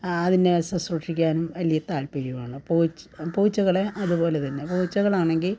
അതിനെ ശുസ്രൂഷിക്കാനും വലിയ താല്പര്യമാണ് പൂച്ചകളെ അതുപോലെ തന്നെ പൂച്ചകളാണെങ്കിൽ